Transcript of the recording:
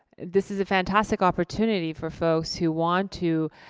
this is a fantastic opportunity for folks who want to,